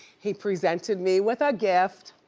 he presented me with a gift.